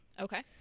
Okay